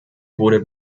wurde